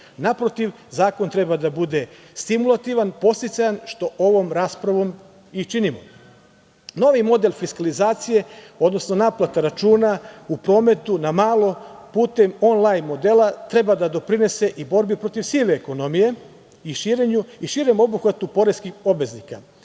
naprotiv zakon treba da bude stimulativan, podsticajan što ovom raspravom i činimo. Novim model fiskalizacije, odnosno naplata računa u prometu na malo putem online modela treba da doprinese i borbi protiv sive ekonomije i širem obuhvatu poreskih obveznika.